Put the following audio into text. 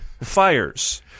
fires